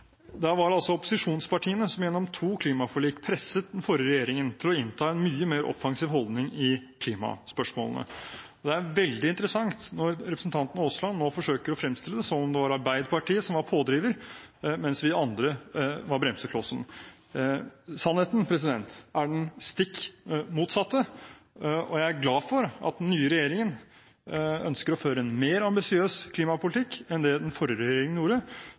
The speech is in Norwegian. Det var opposisjonspartiene som gjennom to klimaforlik presset den forrige regjeringen til å innta en mye mer offensiv holdning i klimaspørsmålet. Det er veldig interessant når representanten Aasland nå forsøker å fremstille det som om det var Arbeiderpartiet som var pådriver, mens vi andre var bremseklossen. Sannheten er den stikk motsatte. Jeg er glad for at den nye regjeringen ønsker å føre en mer ambisiøs klimapolitikk enn det den forrige regjeringen gjorde,